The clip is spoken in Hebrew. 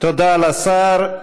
תודה לשר.